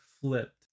flipped